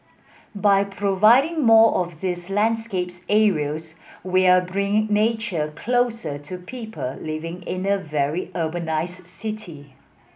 by providing more of these landscapes areas we're bringing nature closer to people living in a very urbanised city